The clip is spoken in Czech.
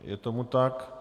Je tomu tak.